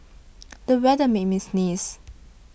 the weather made me sneeze